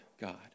God